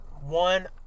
one